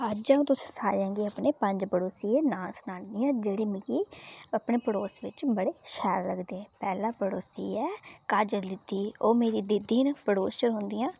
अज्ज आ'ऊं तुसें सारेयां गी अपने पंज पड़ोसियें दे नांऽ सनानी आं जेह्ड़े मिकी अपने पड़ोस बिच्च बड़े शैल लगदे पैह्ला पड़ोसी ऐ काजल दीदी ओह् मेरी दीदी न पड़ोस च रौह्न्दियां